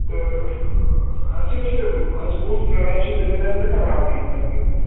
تہٕ اَسہِ حظ چھِ اَسہِ بوٗز اَسہِ چھِ زٔمیٖنَس زٕ کنال ہیٚنۍ تقریٖباََ